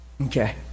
Okay